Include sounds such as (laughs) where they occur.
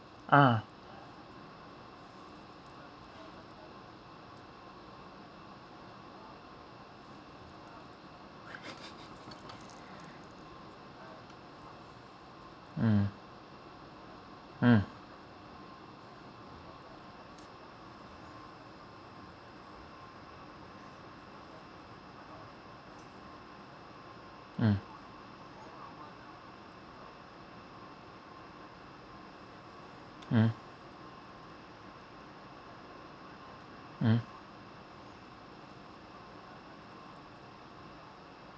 ah (laughs) mm mm mm mm mm